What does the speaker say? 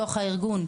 בתוך הארגון,